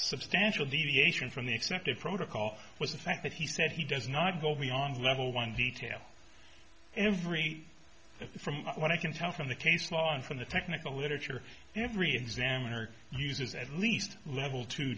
substantial deviation from the accepted protocol was the fact that he said he does not go beyond level one detail every from what i can tell from the case law and from the technical literature every examiner uses at least level to